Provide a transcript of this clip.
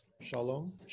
Shalom